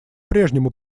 прежнему